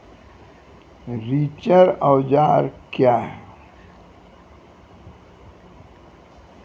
रिचर औजार क्या हैं?